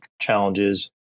challenges